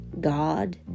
God